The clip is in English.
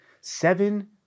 seven